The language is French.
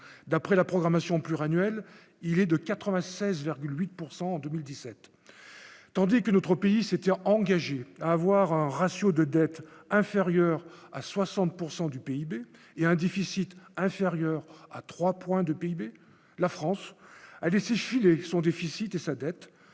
d'après la programmation pluriannuelle, il est de 96,8 pourcent en 2017 tandis que d'autres pays s'étaient engagés à avoir un ratio de dette inférieure à 60 pourcent du PIB et un difficile inférieure à 3 points de PIB, la France a laissé filer son déficit et sa dette